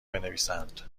بنویسند